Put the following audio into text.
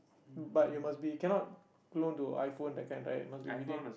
but you must be cannot clone to iPhone that kind right must be within